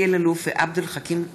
אלי אלאלוף ועבד אל חכים חאג'